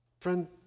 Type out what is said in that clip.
Friend